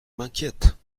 m’inquiète